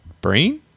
Brain